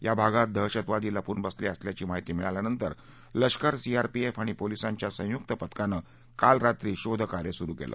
या भागात दहशतवादी लपून बसले असल्याची माहिती मिळाल्यानंतर लष्कर सीआरपीएफ आणि पोलिसांच्या संयुक्त पथकानं काल रात्री शोध कार्य सुरु केलं